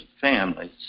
families